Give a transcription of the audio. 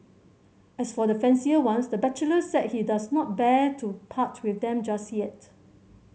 as for the fancier ones the bachelor said he does not bear to part with them just yet